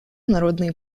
народные